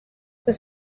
the